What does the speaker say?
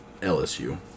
LSU